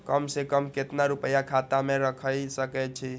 कम से कम केतना रूपया खाता में राइख सके छी?